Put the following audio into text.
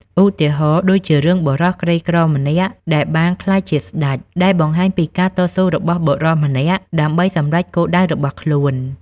ឧទាហរណ៍ដូចជា រឿង បុរសក្រីក្រម្នាក់ដែលបានក្លាយជាស្តេច ដែលបង្ហាញពីការតស៊ូរបស់បុរសម្នាក់ដើម្បីសម្រេចគោលដៅរបស់ខ្លួន។